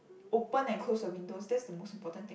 open and close your windows that's the most important thing